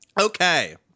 Okay